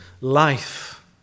life